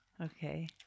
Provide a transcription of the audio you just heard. Okay